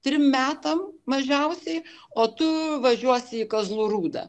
trim metam mažiausiai o tu važiuosi į kazlų rūdą